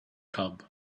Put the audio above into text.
cub